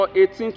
18